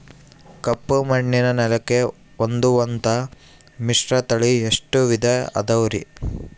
ಕಪ್ಪುಮಣ್ಣಿನ ನೆಲಕ್ಕೆ ಹೊಂದುವಂಥ ಮಿಶ್ರತಳಿ ಎಷ್ಟು ವಿಧ ಅದವರಿ?